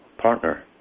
partner